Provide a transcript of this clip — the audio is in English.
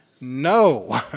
No